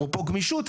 אפרופו גמישות,